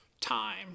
time